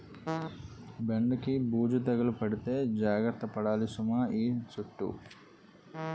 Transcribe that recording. బెండకి బూజు తెగులు పడితే జాగర్త పడాలి సుమా ఈ సుట్టూ